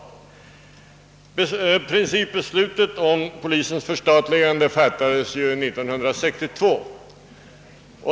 Principbeslutet om polisens förstatligande fattades ju 1962.